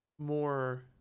more